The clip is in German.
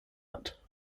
hat